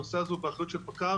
הנושא הזה הוא באחריות של פקע"ר,